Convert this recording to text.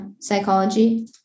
psychology